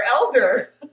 elder